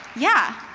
yeah.